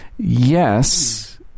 Yes